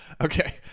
Okay